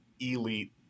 elite